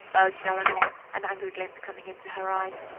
urged eleanor, an angry glint coming into her eyes.